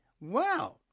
Wow